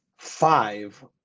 five